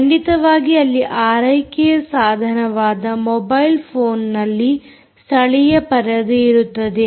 ಖಂಡಿತವಾಗಿ ಅಲ್ಲಿ ಆರೈಕೆಯ ಸಾಧನವಾದ ಮೊಬೈಲ್ ಫೋನ್ನಲ್ಲಿ ಸ್ಥಳೀಯ ಪರದೆಯಿರುತ್ತದೆ